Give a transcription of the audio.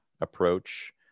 approach